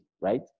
right